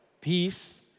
peace